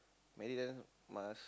married then must